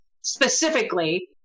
specifically